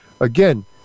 again